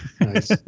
Nice